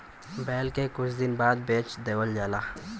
बैल के कुछ दिन बाद बेच देवल जाला